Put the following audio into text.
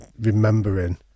remembering